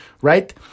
Right